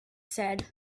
said